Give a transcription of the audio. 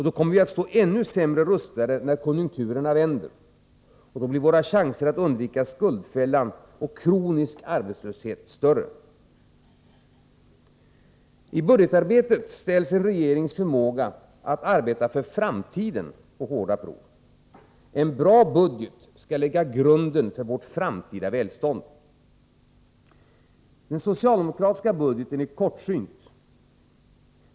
Vi kommer att stå än sämre rustade när konjunkturerna vänder, och våra chanser att undvika skuldfällan och kronisk arbetslöshet blir mindre. I budgetarbetet ställs en regerings förmåga att arbeta för framtiden på hårda prov. En bra budget skall lägga grunden för vårt framtida välstånd. Den socialdemokratiska budgeten är kortsynt.